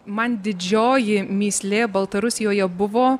man didžioji mįslė baltarusijoje buvo